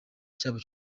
cyabo